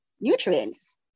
nutrients